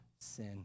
sin